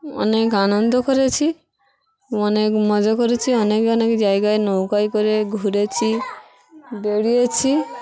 অনেক আনন্দ করেছি অনেক মজা করেছি অনেক অনেক জায়গায় নৌকাই করে ঘুরেছি বেড়িয়েছি